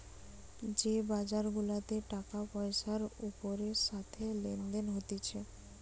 যে বাজার গুলাতে টাকা পয়সার ওপরের সাথে লেনদেন হতিছে